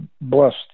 blessed